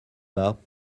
bas